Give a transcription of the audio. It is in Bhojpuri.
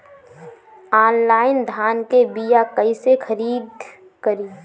आनलाइन धान के बीया कइसे खरीद करी?